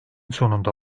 sonunda